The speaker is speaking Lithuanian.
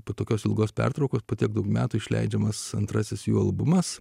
po tokios ilgos pertraukos po tiek daug metų išleidžiamas antrasis jo albumas